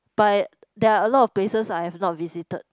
but there are a lot of places I have not visited